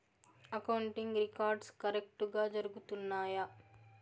accounting records కరెక్టుగా జరుగుతున్నాయా